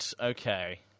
Okay